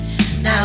Now